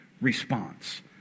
response